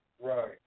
Right